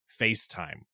facetime